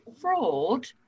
fraud